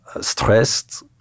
stressed